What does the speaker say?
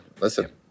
Listen